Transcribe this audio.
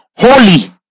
Holy